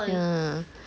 ya